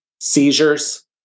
seizures